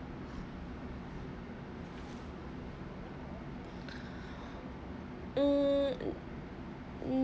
mm